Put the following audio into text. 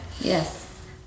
Yes